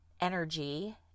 energy